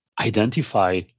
identify